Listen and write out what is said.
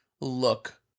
look